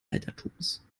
altertums